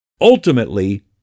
Ultimately